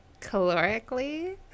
calorically